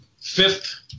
fifth